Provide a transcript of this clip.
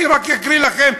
אני רק אקריא לכם,